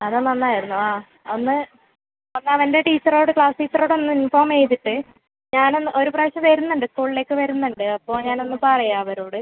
അത് നന്നായിരുന്നു ആ ഒന്ന് അവൻ്റെ ടീച്ചറോട് ക്ലാസ് ടീച്ചറോട് ഒന്ന് ഇൻഫോമ് ചെയ്തിട്ട് ഞാൻ ഒന്ന് ഒരു പ്രാവശ്യം വരുന്നുണ്ട് സ്കൂളിലേക്ക് വരുന്നുണ്ട് അപ്പോൾ ഞാൻ ഒന്ന് പറയാം അവരോട്